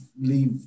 leave